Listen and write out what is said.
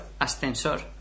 Ascensor